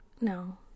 No